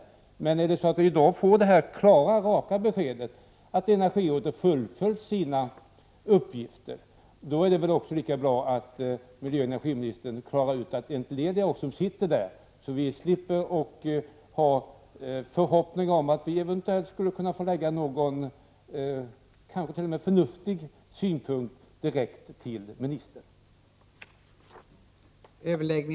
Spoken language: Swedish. Om jag i dag får det klara, raka beskedet, att energirådet har fullgjort sina uppgifter, är det väl lika bra att miljöoch energiministern entledigar oss som ingår i rådet, så att vi slipper ha förhoppning om att vi eventuellt skulle kunna få framföra någon kanske t.o.m. förnuftig synpunkt direkt till ministern.